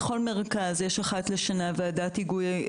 בכל מרכז יש אחת לשנה ועדת היגוי.